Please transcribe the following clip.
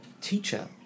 teacher